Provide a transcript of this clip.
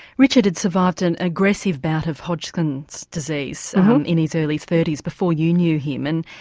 richard had survived an aggressive bout of hodgkin's disease in his early thirty s before you knew him, and